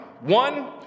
One